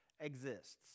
exists